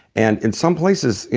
and in some places, you